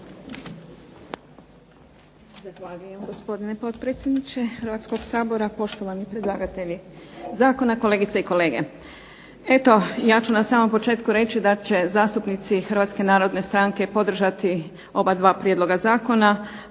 Zahvaljujem gospodine potpredsjedniče Hrvatskog sabora. Poštovani predlagatelji zakona, kolegice i kolege. Eto ja ću na samom početku reći da će zastupnici Hrvatske narodne stranke podržati oba dva prijedloga zakona,